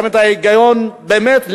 גם את ההיגיון באמת,